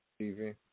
TV